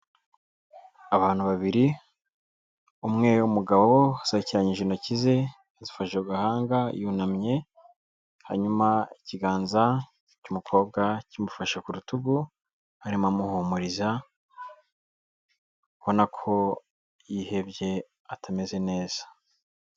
Abantu babiri umwe w'umugabo wasobekeranyije intoki ze zifashe ku gahanga yunamye, hanyuma ikiganza cy'umukobwa kimufashe ku rutugu, arimo amuhumuriza ubona ko yihebye atameze neza.